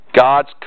God's